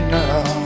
now